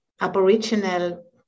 Aboriginal